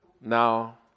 Now